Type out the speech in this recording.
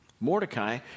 Mordecai